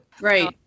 Right